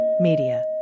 Media